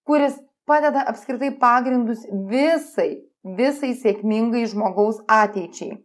kuris padeda apskritai pagrindus visai visai sėkmingai žmogaus ateičiai